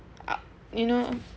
out you know